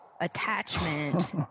attachment